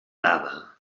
dada